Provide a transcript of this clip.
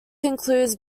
includes